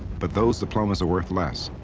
but those diplomas are worth less.